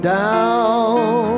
down